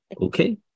Okay